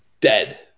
dead